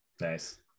Nice